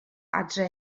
adre